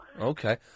Okay